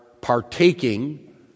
partaking